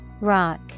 Rock